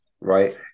right